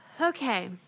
Okay